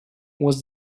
was